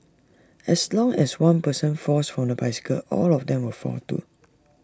as long as one person falls from the bicycle all of them will fall too